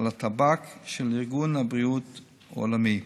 על הטבק של ארגון הבריאות העולמי.